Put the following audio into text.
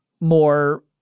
more